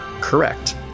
Correct